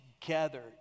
together